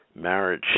marriage